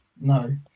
No